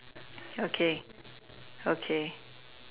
okay okay